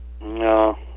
No